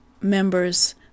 members